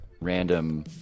random